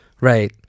Right